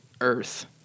earth